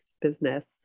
business